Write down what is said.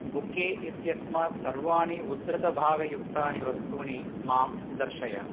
bouquet इत्यस्मात् सर्वाणि उद्धृतभागयुक्तानि वस्तूनि मां दर्शय